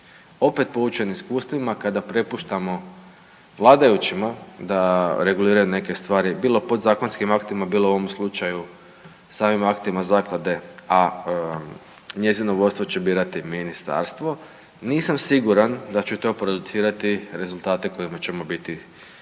Opet poučeni iskustvima kada prepuštamo vladajućima da reguliraju neke stvari bilo podzakonskim aktima, bilo u ovom slučaju samim aktima zaklade, a njezino vodstvo će birati ministarstvo nisam siguran da će to producirati rezultati kojima ćemo biti